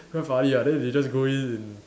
quite funny ah then they just go in